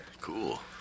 Cool